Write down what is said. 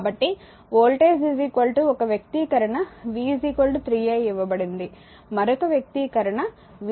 కాబట్టి వోల్టేజ్ ఒక వ్యక్తీకరణ v 3 i ఇవ్వబడింది మరొక వ్యక్తీకరణ v 3 di dt ఇవ్వబడింది